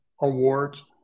awards